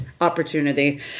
opportunity